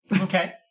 Okay